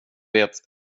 vet